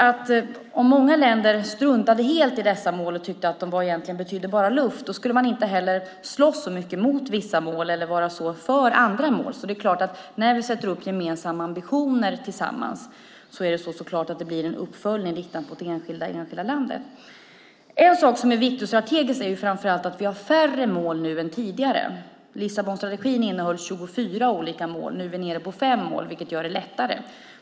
Om många länder struntade helt i dessa mål och tyckte att de egentligen bara var luft skulle man inte heller slåss så mycket emot vissa mål eller vara så för andra mål. Det är klart att när vi sätter upp gemensamma ambitioner tillsammans blir det en uppföljning riktad mot det enskilda landet. En sak som är viktig och strategisk är att vi har färre mål nu än tidigare. Lissabonstrategin innehöll 24 olika mål. Nu är vi nere på fem mål, vilket gör det lättare.